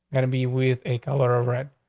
and and be with a color of red.